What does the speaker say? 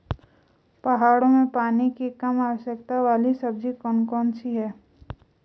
पहाड़ों में पानी की कम आवश्यकता वाली सब्जी कौन कौन सी हैं?